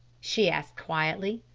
she asked quietly.